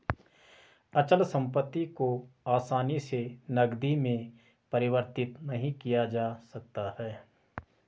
अचल संपत्ति को आसानी से नगदी में परिवर्तित नहीं किया जा सकता है